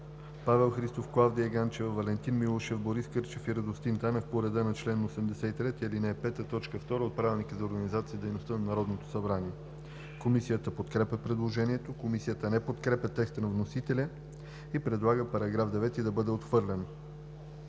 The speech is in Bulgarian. Павел Христов, Клавдия Ганчева, Валентин Милушев, Борис Кърчев и Радостин Танев по реда на чл. 83, ал. 5, т. 2 от Правилника за организацията и дейността на Народното събрание. Комисията подкрепя предложението. Комисията не подкрепя текста на вносителя и предлага § 5 да бъде отхвърлен.